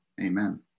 Amen